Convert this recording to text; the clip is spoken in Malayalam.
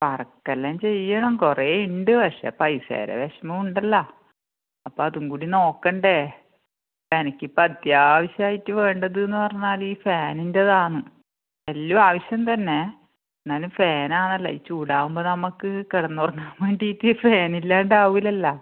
വർക്കെല്ലാം ചെയ്യണം കുറേയുണ്ട് പക്ഷെ പൈസേൻ്റെ വിഷമവും ഉണ്ടല്ലോ അപ്പോഴതുംകൂടി നോക്കണ്ടേ എനിക്കിപ്പം അത്യാവശ്യമായിട്ട് വേണ്ടതെന്ന് പറഞ്ഞാൽ ഈ ഫാനിൻ്റെതാണ് എല്ലാം ആവശ്യം തന്നെ എന്നാലും ഫാനാണല്ലാ ഈ ചൂടാവുമ്പോൾ നമ്മൾക്ക് കിടന്നുറങ്ങാൻ വേണ്ടിയിട്ട് ഫാനില്ലാണ്ടാവില്ലല്ലോ